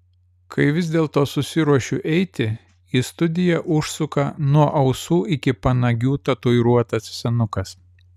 kai vis dėlto susiruošiu eiti į studiją užsuka nuo ausų iki panagių tatuiruotas senukas